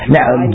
Now